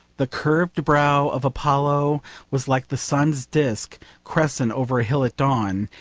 the curved brow of apollo was like the sun's disc crescent over a hill at dawn,